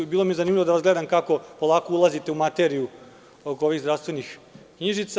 Bilo mi je zanimljivo da vas gledam kako polako ulazite u materiju oko ovih zdravstvenih knjižica.